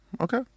Okay